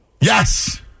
Yes